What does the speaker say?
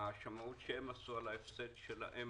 השמאות שהם עשו על ההפסד שלהם